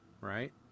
right